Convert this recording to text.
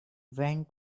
went